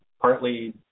partly